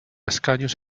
escaños